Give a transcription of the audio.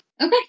Okay